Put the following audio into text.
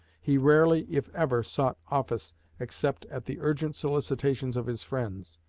he rarely, if ever, sought office except at the urgent solicitations of his friends.